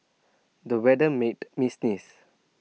the weather made me sneeze